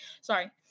Sorry